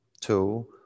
two